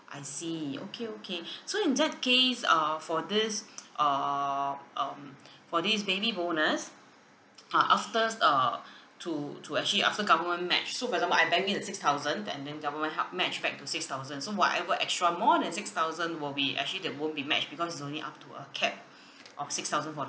I see okay okay so in that case uh for this err um for this baby bonus uh afterwards err to to actually after government matched so for example I bank in a six thousand and then government help match back the six thousand so whatever extra more than six thousand will be actually that won't be matched because it's only up to a cap of six thousand for the